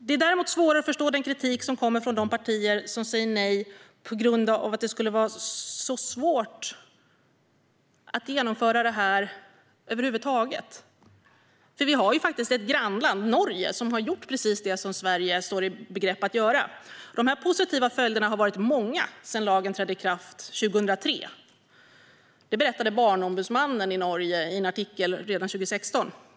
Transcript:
Det är svårare att förstå den kritik som kommer från de partier som säger nej på grund av att det skulle vara så svårt att genomföra det här över huvud taget. Vi har ju faktiskt ett grannland, Norge, som har gjort precis det som Sverige står i begrepp att göra. De positiva följderna har varit många sedan lagen trädde i kraft 2003. Det berättade barnombudsmannen i Norge i en artikel redan 2016.